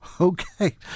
Okay